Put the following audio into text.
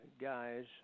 guys